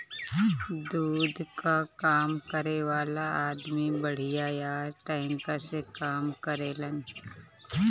दूध कअ काम करे वाला अदमी बड़ियार टैंकर से काम करेलन